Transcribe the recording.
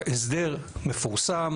שההסדר מפורסם,